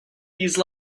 these